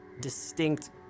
distinct